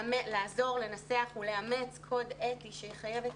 לעזור לנסח ולאמץ קוד אתי שיחייב את